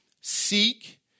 Seek